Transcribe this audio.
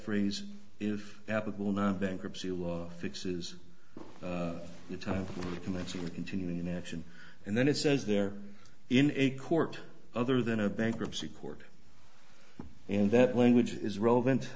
phrase is applicable now bankruptcy law fixes the time to commence with continuing an action and then it says they're in a court other than a bankruptcy court in that language is relevant